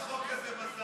אין לחוק הזה מזל.